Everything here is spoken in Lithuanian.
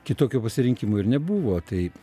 kitokio pasirinkimo ir nebuvo taip